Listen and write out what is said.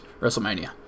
Wrestlemania